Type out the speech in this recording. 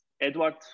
Edward